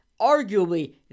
arguably